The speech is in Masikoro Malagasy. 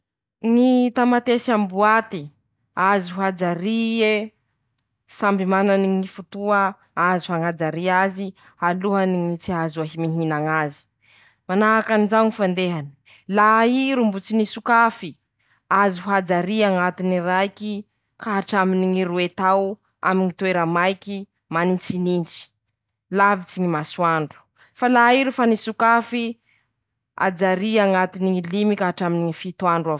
Ñy tamatesy amy boaty, azo hajàry ie, samby manany ñy fotoa azo añajària azyalohany ñy tsy azahoa mih mihina ñazy. Manahaky anizao ñy fandehany :laha i ro mbo tsy nisokafy, azo hajary añatiny ñy raiky ka hatraminy ñy roe tao aminy ñy toera maiky, manintsinintsy, lavitsy ñy masoandro ;fa laha i ro fa nisokafy i,ajàry añatiny ñy limy ka hatraminy ñy fito andro ava <…>.